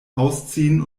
ausziehen